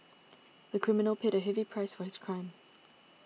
the criminal paid a heavy price for his crime